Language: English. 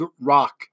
rock